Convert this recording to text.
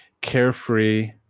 carefree